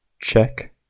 check